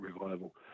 revival